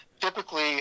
Typically